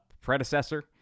predecessor